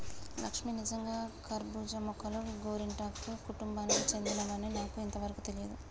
లక్ష్మీ నిజంగా కర్బూజా మొక్కలు గోరింటాకు కుటుంబానికి సెందినవని నాకు ఇంతవరకు తెలియదు